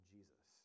Jesus